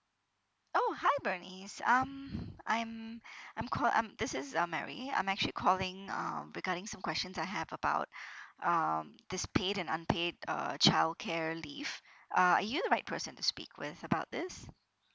oh hi bernice um I'm I'm call~ I'm this is uh mary I'm actually calling uh regarding some questions I have about um this paid and unpaid uh childcare leave uh are you right person to speak with about this